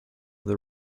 the